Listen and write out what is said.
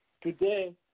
today